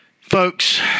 Folks